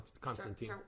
Constantine